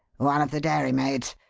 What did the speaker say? one of the dairymaids.